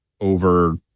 over